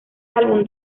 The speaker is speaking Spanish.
álbum